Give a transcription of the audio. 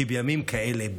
כבימים כאלה.